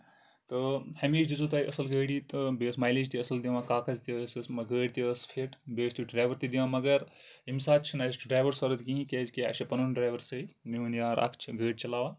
تہٕ ہمیشہٕ دِژٕو تۄہہِ اَصٕل گٲڑی تہٕ بیٚیہِ ٲسۍ مایلیج تہِ اَصٕل دِوان کاغز تہِ ٲسۍ گٲڑۍ تہِ ٲسۍ فِٹ بیٚیہِ ٲسۍ تِم ڈرایور تہِ دِوان مَگر ییٚمہِ ساتہٕ چھُ نہٕ اَسہِ ڈرایور صروٗرت کِہینۍ کیازِ کہِ اَسہِ چھُ پَنُن ڈرایور سۭتۍ میون یہِ یار اکھ چھُ گٲڑۍ چلاوان